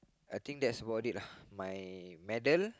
I think that's about it lah my medal